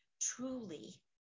truly